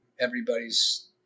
everybody's